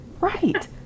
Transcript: Right